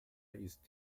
ist